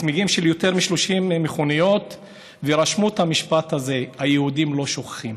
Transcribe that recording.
צמיגים של יותר מ-30 מכוניות ורשמו את המשפט הזה: היהודים לא שוכחים.